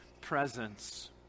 presence